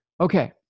Okay